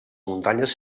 muntanyes